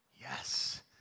yes